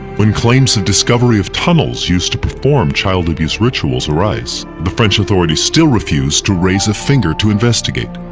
when claims of discovery of tunnels used to perform child abuse rituals arise, the french authorities still refuse to raise a finger to investigate.